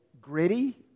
gritty